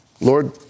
Lord